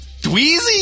Dweezy